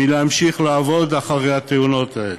מלהמשיך לעבוד אחרי התאונות האלה.